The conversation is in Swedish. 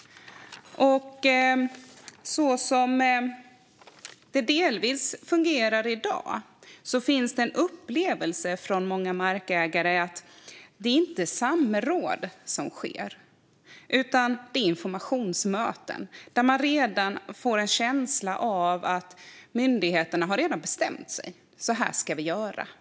Som det delvis fungerar i dag finns det en upplevelse hos många markägare att det inte är samråd som sker. Det är informationsmöten där man får en känsla av att myndigheterna redan har bestämt sig - så här ska vi göra, punkt.